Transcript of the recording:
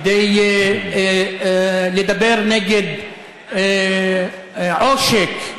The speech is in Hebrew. כדי לדבר נגד עושק,